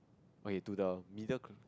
okay to the middle